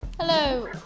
Hello